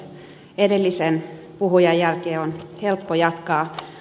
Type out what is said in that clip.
edellisen puhujan jälkeen on helppo jatkaa